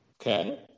Okay